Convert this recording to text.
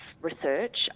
research